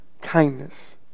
kindness